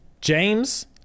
James